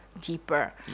deeper